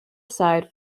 side